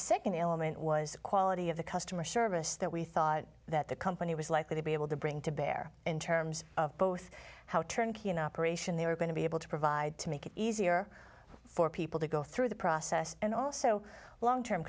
second element was the quality of the customer service that we thought that the company was likely to be able to bring to bear in terms of both how turnkey operation they were going to be able to provide to make it easier for people to go through the process and also long term